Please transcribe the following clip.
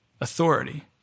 Authority